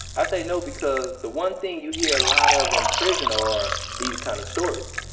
i say no because the one thing you hear a lot of in prison are these kind of stories.